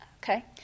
okay